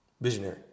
Visionary